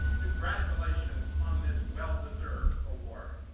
congratulations on this well-deserved award.